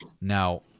Now